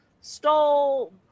stole